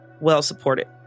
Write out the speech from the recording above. well-supported